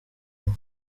umwe